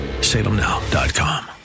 Salemnow.com